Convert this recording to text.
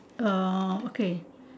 uh okay